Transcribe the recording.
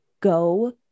go